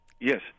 Yes